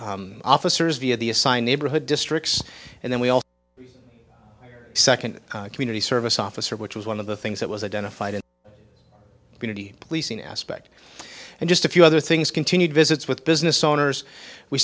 officers via the assigned neighborhood districts and then we all second community service officer which was one of the things that was identified in unity policing aspect and just a few other things continued visits with business owners we